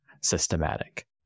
systematic